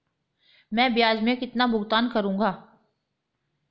मैं ब्याज में कितना भुगतान करूंगा?